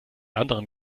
anderen